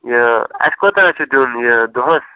یہ اَسہِ کوتاہ حظ چھُ دیُن یہ دۄہس